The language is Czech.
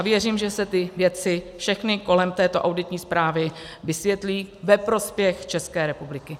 Věřím, že se ty věci všechny kolem této auditní zprávy vysvětlí ve prospěch České republiky.